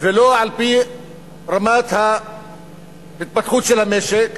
ולא על-פי רמת ההתפתחות של המשק,